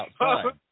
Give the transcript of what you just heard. outside